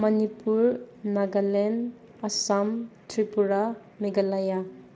Manipur Nagaland Assam Tripura Meghalaya